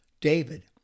David